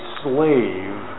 slave